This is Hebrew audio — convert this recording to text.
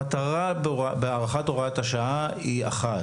המטרה בהארכת הוראת השעה היא אחת,